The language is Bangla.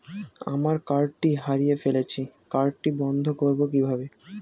আমার কার্ডটি হারিয়ে ফেলেছি কার্ডটি বন্ধ করব কিভাবে?